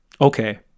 okay